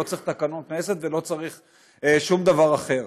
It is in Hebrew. לא צריך תקנון כנסת ולא צריך שום דבר אחר.